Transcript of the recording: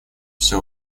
всё